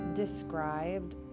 described